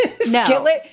skillet